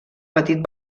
petit